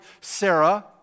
Sarah